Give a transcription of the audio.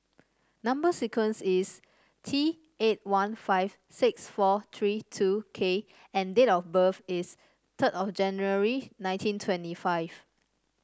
number sequence is T eight one five six four three two K and date of birth is third of January nineteen twenty five